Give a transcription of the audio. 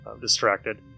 distracted